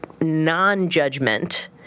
non-judgment